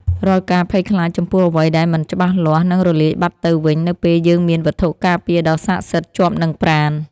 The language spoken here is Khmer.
រាល់ការភ័យខ្លាចចំពោះអ្វីដែលមិនច្បាស់លាស់នឹងរលាយបាត់ទៅវិញនៅពេលយើងមានវត្ថុការពារដ៏ស័ក្តិសិទ្ធិជាប់នឹងប្រាណ។